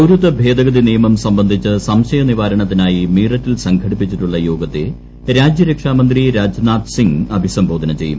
പൌരത്വ ഭേദഗതി നിയമം സംബന്ധിച്ച് സംശയനിവാരണത്തിനായി മീററ്റിൽ സംഘടിപ്പിച്ചിട്ടുള്ള യോഗത്തെ രാജ്യരക്ഷാ മന്ത്രി രാജ്നാഥ് സിങ് അഭിസംബോധന ചെയ്യും